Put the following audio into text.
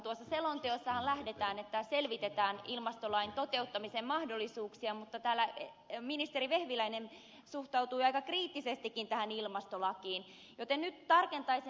tuossa selonteossahan lähdetään siitä että selvitetään ilmastolain toteuttamisen mahdollisuuksia mutta täällä ministeri vehviläinen suhtautui aika kriittisestikin tähän ilmastolakiin joten nyt tarkentaisin tätä